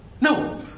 No